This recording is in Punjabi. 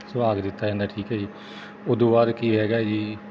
ਸੁਹਾਗਾ ਦਿੱਤਾ ਜਾਂਦਾ ਠੀਕ ਹੈ ਜੀ ਉੱਦੋਂ ਬਾਅਦ ਕੀ ਹੈਗਾ ਜੀ